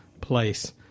place